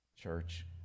church